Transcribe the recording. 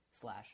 slash